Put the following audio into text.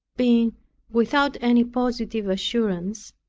being without any positive assurance,